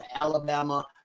Alabama